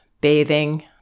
bathing